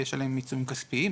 ויש עליהם עיצומים כספיים.